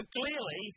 clearly